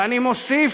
ואני מוסיף: